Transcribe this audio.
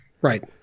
Right